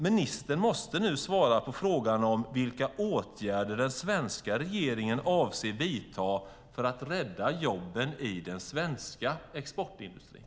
Ministern måste nu svara på frågan om vilka åtgärder som den svenska regeringen avser att vidta för att rädda jobben i den svenska exportindustrin.